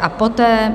a poté